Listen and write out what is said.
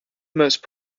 most